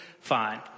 fine